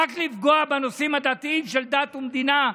רק לפגוע בנושאים הדתיים של דת ומדינה,